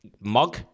mug